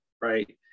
right